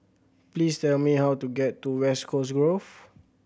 please tell me how to get to West Coast Grove